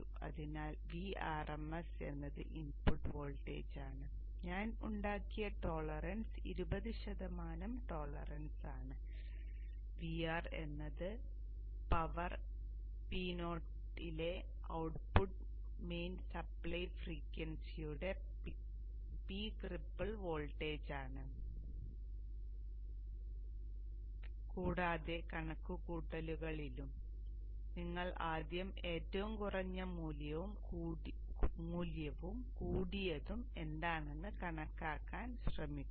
അതിനാൽ Vrms എന്നത് input വോൾട്ടേജാണ് ഞാൻ ഉണ്ടാക്കിയ ടോളറൻസ് ഇരുപത് ശതമാനം ടോളറൻസ് ആണ് Vr എന്നത് പവർ Po യിലെ ഔട്ട്പുട്ട് മെയിൻ സപ്ലൈ ഫ്രീക്വൻസിയുടെ പീക്ക് റിപ്പിൾ വോൾട്ടേജാണ് കൂടാതെ കണക്കുകൂട്ടലുകളിലും നിങ്ങൾ ആദ്യം ഏറ്റവും കുറഞ്ഞ മൂല്യവും കൂടിയതും എന്താണെന്ന് കണക്കാക്കാൻ ശ്രമിക്കുക